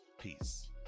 Peace